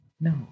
No